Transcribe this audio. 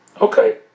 Okay